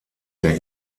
der